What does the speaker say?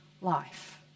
life